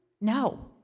no